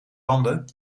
landen